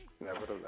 Nevertheless